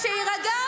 שקרנית.